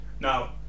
now